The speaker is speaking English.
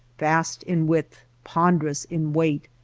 vast in width, ponderous in weight,